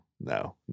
no